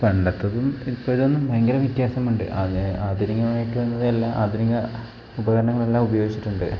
പണ്ടേത്തതും ഇപ്പോൾ എന്നും ഭയങ്കര വ്യത്യാസം ഉണ്ട് ആധുനികമായിട്ട് വന്നതെല്ലാം ആധുനിക ഉപകരണങ്ങളെല്ലാം ഉപയോഗിച്ചിട്ടുണ്ട്